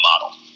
model